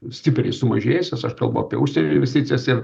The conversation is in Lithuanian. stipriai sumažėjusios aš kalbu apie užsienio investicijas ir